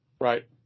right